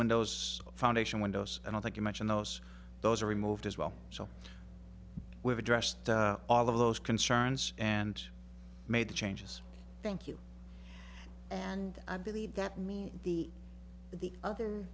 windows foundation windows and i think you mentioned house those are removed as well so we've addressed all of those concerns and made the changes thank you and i believe that me the the other